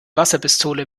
wasserpistole